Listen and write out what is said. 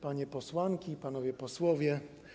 Panie Posłanki i Panowie Posłowie!